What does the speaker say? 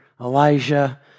Elijah